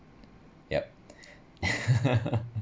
yup